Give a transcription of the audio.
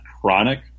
chronic